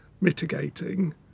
mitigating